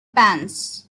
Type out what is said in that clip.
pans